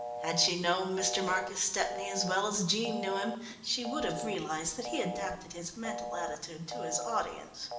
had she known mr. marcus stepney as well as jean knew him, she would have realised that he adapted his mental attitude to his audience.